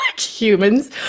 humans